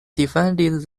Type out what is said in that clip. defended